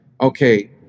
okay